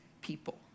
people